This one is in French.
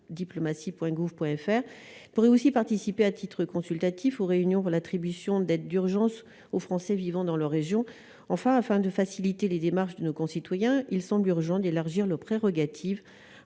diplomatie Point gouv Point FR pourraient aussi participer à titre consultatif aux réunions pour l'attribution d'aides d'urgence aux Français vivant dans la région, enfin, afin de faciliter les démarches de nos concitoyens, il semble urgent d'élargir leurs prérogatives